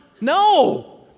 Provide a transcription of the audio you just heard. No